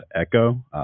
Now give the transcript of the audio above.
Echo